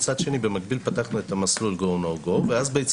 מצד שני פתחנו את המסלול של go no go ואז בעצם